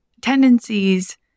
tendencies